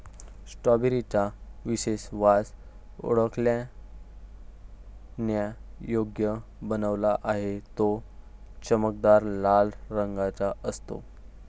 strawberry चा विशेष वास ओळखण्यायोग्य बनला आहे, तो चमकदार लाल रंगाचा असतो